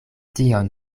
tion